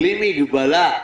בלי מגבלה,